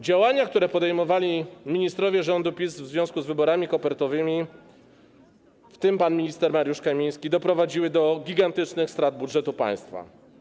Działania, które podejmowali ministrowie rządu PiS w związku z wyborami kopertowymi, w tym pan minister Mariusz Kamiński, doprowadziły do gigantycznych strat w budżecie państwa.